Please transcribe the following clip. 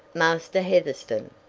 master heatherstone.